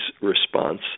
response